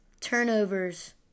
Turnovers